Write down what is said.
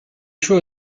threw